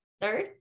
Third